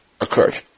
occurred